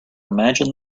imagine